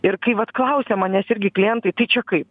ir kai vat klausiama nes irgi klientai tai čia kaip